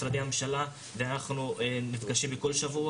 למשל, מאבק נגד כמה ארגוני פשיעה פה